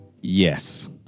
yes